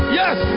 yes